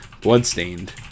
Bloodstained